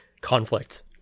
conflict